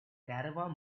caravan